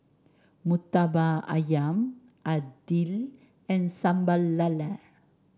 murtabak ayam idly and Sambal Lala